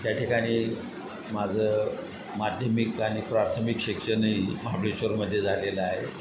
त्या ठिकाणी माझं माध्यमिक आणि प्राथमिक शिक्षणही महाबळेश्वरमध्ये झालेलं आहे